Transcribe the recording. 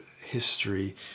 history